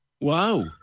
Wow